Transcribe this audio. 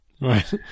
Right